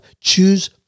Choose